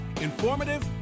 Informative